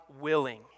willing